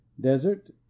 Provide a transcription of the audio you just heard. Desert